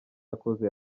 yakoze